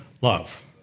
love